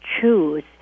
choose